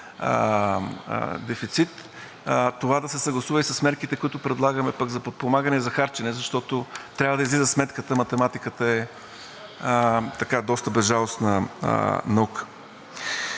дефицит, това да се съгласува и с мерките, които предлагаме пък за подпомагане и за харчене, защото трябва да излиза сметката – математиката е доста безжалостна наука.